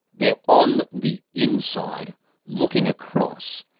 they are on the inside looking across.